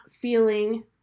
feeling